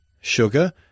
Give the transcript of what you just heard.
sugar